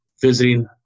visiting